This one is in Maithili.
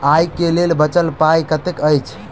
आइ केँ लेल बचल पाय कतेक अछि?